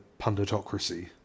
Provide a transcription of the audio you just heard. punditocracy